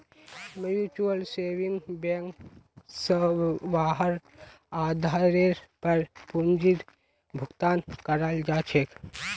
mutual saving bank स वहार आधारेर पर पूंजीर भुगतान कराल जा छेक